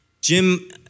Jim